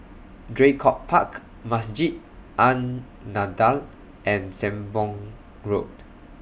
Draycott Park Masjid An Nahdhah and Sembong Road